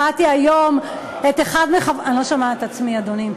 שמעתי היום את, אני לא שומעת את עצמי, אדוני.